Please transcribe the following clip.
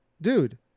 dude